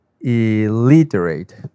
illiterate